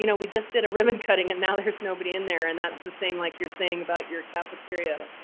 you know we just did a ribbon cutting and now there's nobody in there and that's the same like you're saying about your cafeteria,